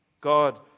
god